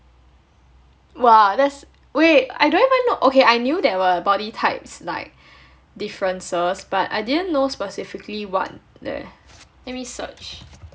!wah! that's wait I don't even know okay I knew that were body types like differences but I didn't know specifically what leh let me search